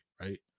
right